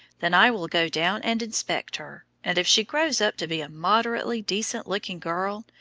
then i will go down and inspect her, and if she grows up to be a moderately decent-looking girl,